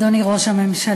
אדוני ראש הממשלה,